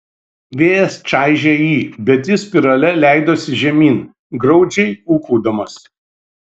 vėjas čaižė jį bet jis spirale leidosi žemyn graudžiai ūkaudamas